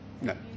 No